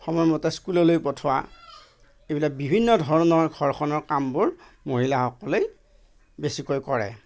সময়মতে স্কুললৈ পঠিওৱা এইবিলাক বিভিন্ন ধৰণৰ ঘৰখনৰ কামবোৰ মহিলাসকলেই বেছিকৈ কৰে